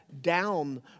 down